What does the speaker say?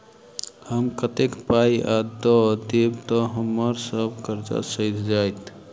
हम कतेक पाई आ दऽ देब तऽ हम्मर सब कर्जा सैध जाइत?